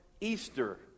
Easter